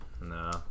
No